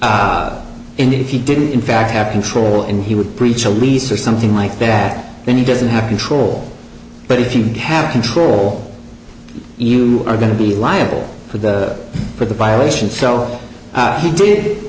indeed if he didn't in fact have control and he would preach a lease or something like that then he doesn't have control but if you don't have control you are going to be liable for the for the violation so he did